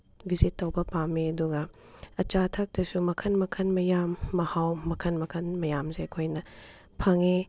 visit ꯇꯧꯕ ꯄꯥꯝꯃꯦ ꯑꯗꯨꯒ ꯑꯆꯥ ꯑꯊꯛꯇꯁꯨ ꯃꯈꯜ ꯃꯈꯜ ꯃꯌꯥꯝ ꯃꯍꯥꯎ ꯃꯈꯜ ꯃꯈꯜ ꯃꯌꯥꯝꯁꯦ ꯑꯩꯈꯣꯏꯅ ꯐꯪꯉꯤ